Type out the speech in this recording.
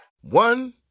One